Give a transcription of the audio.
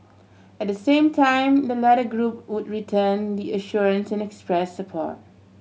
at the same time the latter group would return the assurances and express support